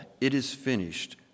it-is-finished